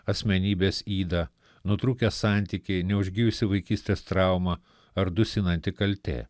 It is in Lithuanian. asmenybės yda nutrūkę santykiai neužgijusi vaikystės trauma ar dusinanti kaltė